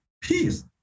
peace